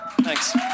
Thanks